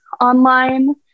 online